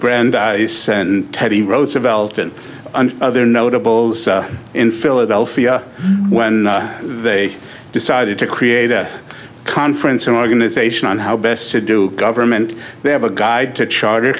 brandeis and teddy roosevelt and other notables in philadelphia when they decided to create a conference an organization on how best to do government they have a guide to charter